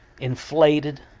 Inflated